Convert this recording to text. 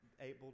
able